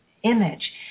image